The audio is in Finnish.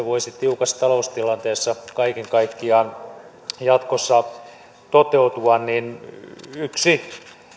voisi sitten tiukassa taloustilanteessa kaiken kaikkiaan jatkossa toteutua niin yksi